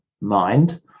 mind